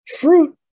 Fruit